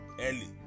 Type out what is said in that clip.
early